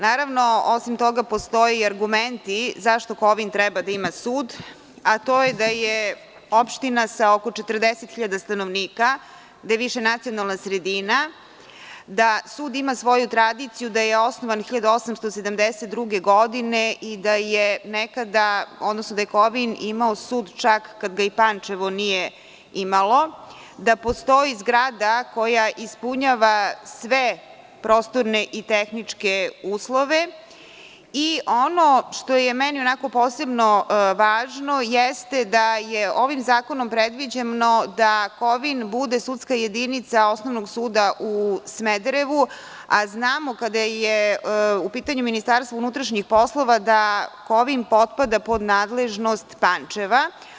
Naravno, osim toga, postoje i argumenti zašto Kovin treba da ima sud, a to je da je opština sa oko 40.000 stanovnika, gde je višenacionalna sredina, da sud ima svoju tradiciju da je osnovan 1872. godine i da je nekada, odnosno da je Kovin imao sud čak kada ga i Pančevo nije imalo, da postoji zgrada koja ispunjava sve prostorne i tehničke uslove i ono što je meni posebno važno jeste da je ovim zakonom predviđeno da Kovin bude sudska jedinca Osnovnog u Smederevu, a znamo, kada je u pitanju Ministarstvo unutrašnjih poslova da Kovin potpada pod nadležnost Pančeva.